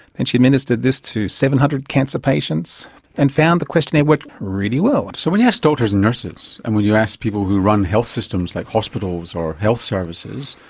and she administered this to seven hundred cancer patients and found the questionnaire worked really well. so when you ask doctors and nurses and when you ask people who run health systems like hospitals or health services,